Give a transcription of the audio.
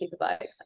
superbikes